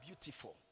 beautiful